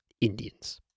Indians